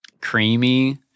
Creamy